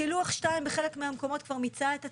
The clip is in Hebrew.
כי לוח2 בחלק מהמקומות כבר מיצה את עצמו.